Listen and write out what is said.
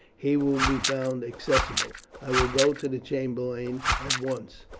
he will be found accessible. i will go to the chamberlain at once,